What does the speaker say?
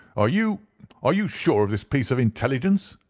are you are you sure of this piece of intelligence?